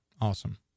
Awesome